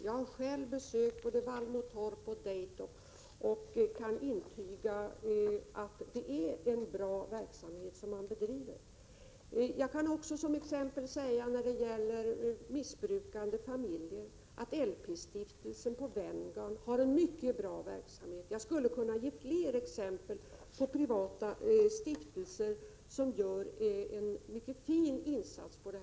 Jag har själv besökt både Vallmotorp och Daytop och kan intyga att det är en bra verksamhet som man bedriver där. Jag kan också ta den verksamhet som LP-stiftelsen bedriver vid Venngarn för missbrukarfamiljer som exempel. Jag skulle kunna ge ytterligare exempel på privata stiftelser som gör en mycket fin insats på detta område. Prot.